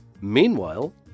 Meanwhile